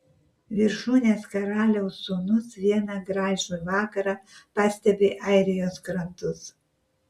viršūnės karaliaus sūnus vieną gražų vakarą pastebi airijos krantus